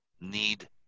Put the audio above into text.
need